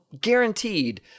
guaranteed